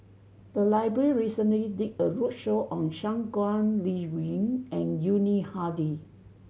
the library recently did a roadshow on Shangguan Liuyun and Yuni Hadi